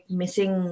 missing